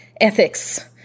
ethics